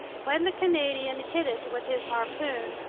when the canadian hit it with his harpoon,